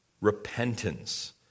Repentance